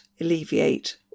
alleviate